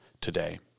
today